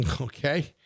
Okay